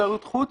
תיירות חוץ,